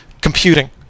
computing